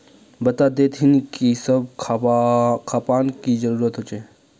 बता देतहिन की सब खापान की जरूरत होते?